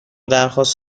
درخواست